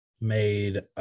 made –